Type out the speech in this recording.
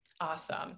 Awesome